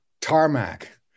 tarmac